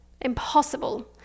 impossible